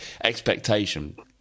expectation